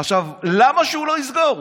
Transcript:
עכשיו, למה שהוא לא יסגור?